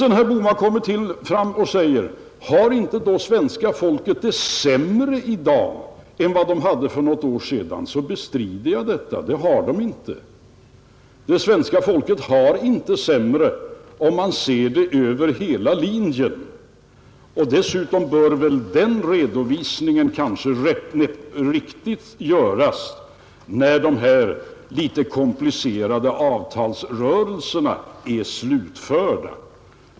Sedan frågar herr Bohman: har inte svenska folket det sämre i dag än för något år sedan? Det bestrider jag. Det svenska folket har det inte sämre om man ser det över hela linjen. Dessutom bör den redovisningen kanske göras när de litet komplicerade avtalsrörelserna är slutförda.